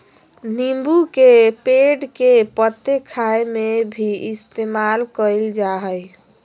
नींबू के पेड़ के पत्ते खाय में भी इस्तेमाल कईल जा हइ